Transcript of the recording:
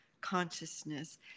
consciousness